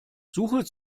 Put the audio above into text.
suche